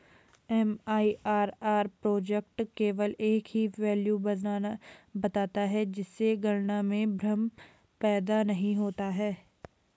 MIRR project केवल एक ही वैल्यू बताता है जिससे गणना में भ्रम पैदा नहीं होता है